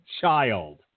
child